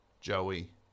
Joey